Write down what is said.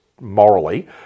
morally